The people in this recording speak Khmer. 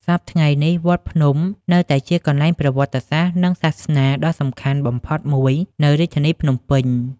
សព្វថ្ងៃនេះ វត្តភ្នំ នៅតែជាកន្លែងប្រវត្តិសាស្ត្រ និងសាសនាដ៏សំខាន់បំផុតមួយនៅរាជធានីភ្នំពេញ។